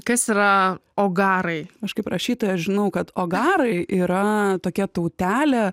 kas yra ogarai aš kaip rašytoja žinau kad ogarai yra tokia tautelė